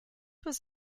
was